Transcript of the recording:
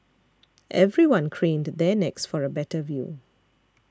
everyone craned their necks for a better view